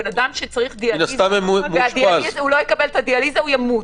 אם בן אדם לא יקבל את הדיאליזה הוא ימות,